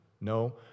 No